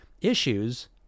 issues